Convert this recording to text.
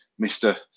Mr